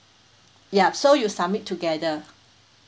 yup so you submit together